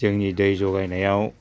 जोंनि दै ज'गायनायाव